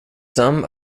some